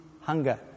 hunger